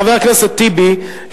חבר הכנסת טיבי,